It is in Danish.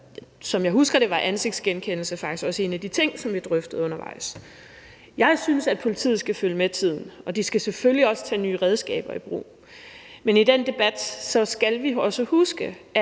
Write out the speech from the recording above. Som jeg husker det, var ansigtsgenkendelse faktisk også en af de ting, som vi drøftede undervejs. Jeg synes, at politiet skal følge med tiden. De skal selvfølgelig også tage nye redskaber i brug. Men i den debat skal vi også huske,